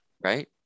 Right